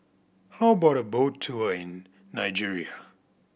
how about a boat tour in Nigeria